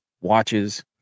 watches